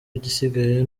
igisigaye